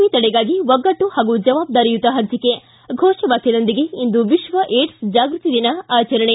V ತಡೆಗಾಗಿ ಒಗ್ಗಟ್ಟು ಹಾಗೂ ಜವಾಬ್ದಾರಿಯುತ ಹಂಚಿಕೆ ಫೋಷ ವಾಕ್ಯದೊಂದಿಗೆ ಇಂದು ವಿಶ್ವ ಏಡ್ಸ್ ಜಾಗೃತಿ ದಿನ ಆಚರಣೆ